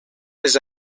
les